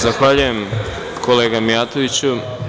Zahvaljujem, kolega Mijatoviću.